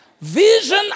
vision